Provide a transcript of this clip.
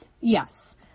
yes